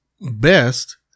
best